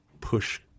push